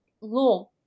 law